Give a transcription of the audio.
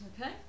okay